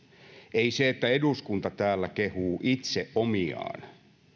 ei se että eduskunta täällä kehuu itse omiaan